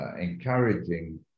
encouraging